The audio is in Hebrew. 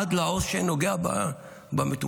עד לעו"ס שנוגע במטופל.